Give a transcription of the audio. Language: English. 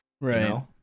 right